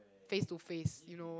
face to face you know